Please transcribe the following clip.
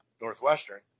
Northwestern